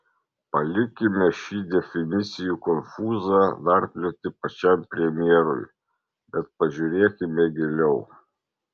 palikime šį definicijų konfūzą narplioti pačiam premjerui bet pažiūrėkime giliau